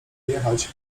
jechać